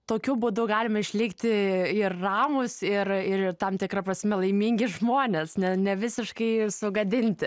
tokiu būdu galime išlikti ir ramūs ir ir tam tikra prasme laimingi žmonės ne ne visiškai sugadinti